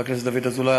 חבר הכנסת דוד אזולאי.